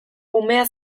umea